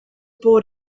board